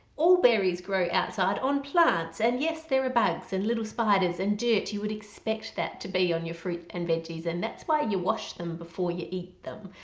all berries grow outside on plants and yes there are bugs and little spiders and dirt you would expect that to be on your fruit and veggies and that's why you wash them before you eat them.